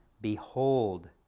Behold